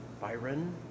Byron